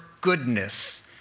goodness